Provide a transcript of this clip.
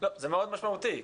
זה מאוד משמעותי.